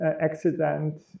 accident